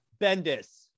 Bendis